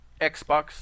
Xbox